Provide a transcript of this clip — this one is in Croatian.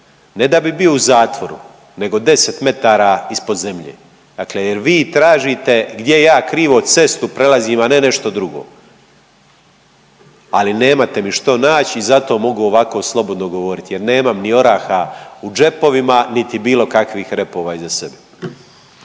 ne da bi bio u zatvoru nego 10 ispod zemlje. Dakle, jer vi tražite gdje ja krivo cestu prelazim, a ne nešto drugo, ali nemate mi što naći i zato mogu ovako slobodno govoriti jer nemam niti oraha u džepovima, niti bilo kakvih repova iza sebe.